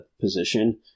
position